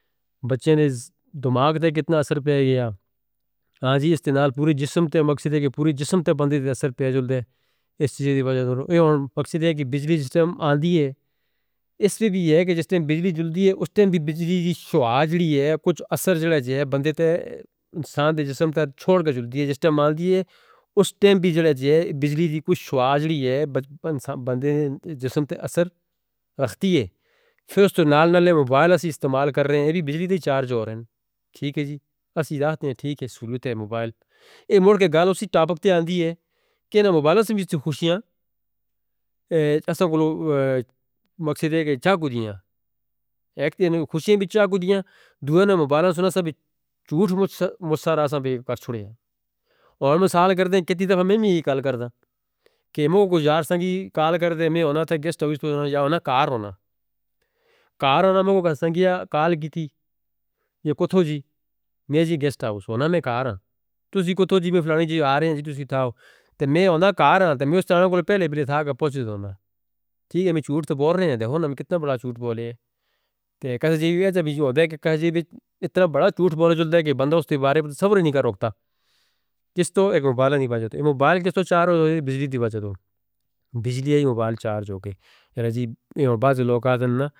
بچیں نے دماغ تے کتنا اثر پیا گیا؟ ہاں جی استنال پوری جسم تے مقصد ہے کہ پوری جسم تے بندے دے اثر پیا جڑتے ہیں اس چیز دی وجہ سے۔ اور پکسید ہے کہ بجلی سسٹم آندی ہے۔ اس وی بھی ہے کہ جس ٹائم بجلی جڑتی ہے اس ٹائم بھی بجلی دی شواہ جڑی ہے کچھ اثر جڑا جیا بندے تے انسان دے جسم تے چھوڑ کے جڑتی ہے۔ جس ٹائم آندھی ہے اس ٹائم بھی بجلی دی کچھ شواہ جڑی ہے بندے نے جسم تے اثر رکھتی ہے۔ پھر اس تو نال نال موبائل اسی استعمال کر رہے ہیں۔ یہ بھی بجلی تے چارج ہو رہے ہیں۔ ٹھیک ہے جی۔ اسی داستے ہیں ٹھیک ہے سہولت ہے موبائل۔ یہ مڑ کے گال اسی ٹاپک تے آندی ہے کہ موبائلوں سے بھی کچھ خوشیاں۔ اسان کو مقصد ہے کہ چاک ہو دی ہیں۔ ایک تین خوشیاں بھی چاک ہو دی ہیں۔ دوانہ موبائل سننا سب کچھ جھوٹ مصرحہ سننے پر چھوڑے ہیں۔ اور مثال کرتے ہیں کتنی دفعہ میں بھی یہ کال کرتا ہوں۔ کہ مو کو جارسنگی کال کرتے ہیں۔ میں انہاں تھے گیسٹ آؤس پونڈنا یا انہاں کار ہونا۔ کار ہونا مو کو گانسنگی کال گیتی۔ یہ کدھو جی؟ میں جی گیسٹ آؤس ہونا میں کار ہوں۔ تسی کدھو جی میں فلانی جی آرہے ہیں جی تسی تھاو۔ تے میں انہاں کار ہوں۔ تے میں اس طرح کو پہلے بھی تھا کہ پوزیشن ہوں۔ ٹھیک ہے میں جھوٹ تو بوری ہوں۔ دیکھو نا میں کتنا بڑا جھوٹ بولے۔ تے کہتے جی بھی ہے کہ اتنا بڑا جھوٹ بولے جڑتا ہے کہ بندہ اس تے بارے پر صبر ہی نہیں کر روکدا۔ جس تو ایک موبائل نہیں بجھتا۔ موبائل کس تو چارج ہو رہی ہے؟ بجلی دی وجہ سے۔ بجلی ہے ہی موبائل چارج ہوکے۔ راجی بعض لوگ آدھا نا.